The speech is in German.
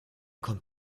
kommt